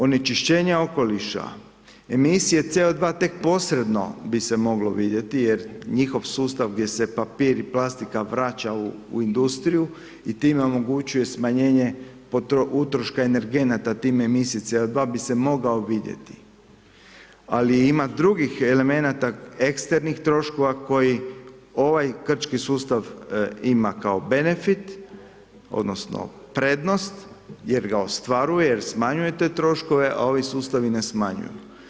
Onečišćenja okoliša, emisije CO2 tek posredno bi se moglo vidjeti jer njihov sustav gdje se parit i plastika vraća u industriju i time omogućuje smanjenje utroška energenata tim emisijama CO2 bi se mogao vidjeti ali ima drugih elemenata eksternih troškova koji ovaj krčki sustav ima kao benefit odnosno prednost jer ga ostvaruje, jer smanjuje te troškove a ovi sustavi ne smanjuju.